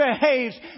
behaves